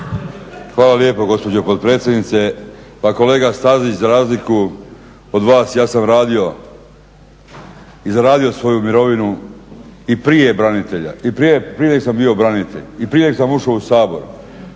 Hvala lijepo gospođo potpredsjednice. Pa kolega Stazić, za razliku od vas ja sam radio i zaradio svoju mirovinu i prije nego sam bio branitelj i prije nego sam ušao u Sabor.